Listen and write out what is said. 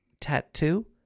tattoo